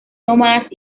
nómadas